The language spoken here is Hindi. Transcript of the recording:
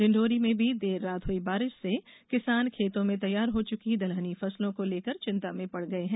डिण्डोरी में भी देर रात हुई बारिश से किसान खेतों में तैयार हो चुकी दलहनी फसलों को लेकर चिंता में पड़ गये है